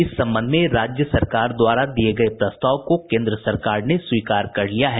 इस संबंध में राज्य सरकार द्वारा दिये गये प्रस्ताव को कोन्द्र सरकार ने स्वीकार कर लिया है